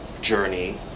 journey